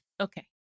Okay